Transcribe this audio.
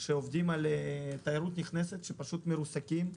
שעובדים על תיירות נכנסת פשוט מרוסקים.